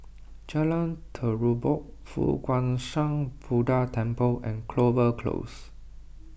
Jalan Terubok Fo Guang Shan Buddha Temple and Clover Close